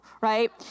right